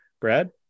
Brad